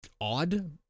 odd